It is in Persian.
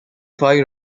فای